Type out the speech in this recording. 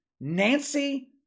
Nancy